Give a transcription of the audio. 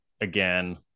again